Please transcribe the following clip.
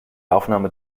aufnahme